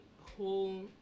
whole